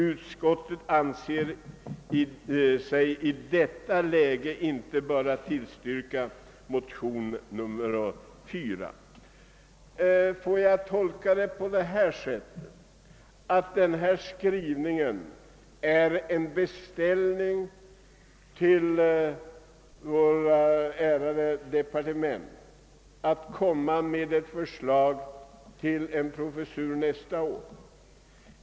Utskottet anser sig i detta läge inte böra tillstyrka motionen II: 4.» Får jag tolka denna skrivning såsom en beställning till våra ärade departement att framlägga förslag till en professur nästa år?